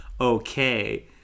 okay